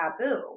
taboo